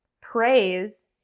praise